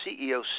CEO